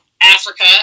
Africa